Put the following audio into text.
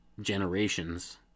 generations